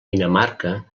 dinamarca